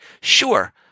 Sure